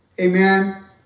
Amen